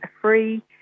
free